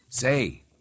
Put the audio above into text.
Say